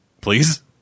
please